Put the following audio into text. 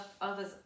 others